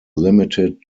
limited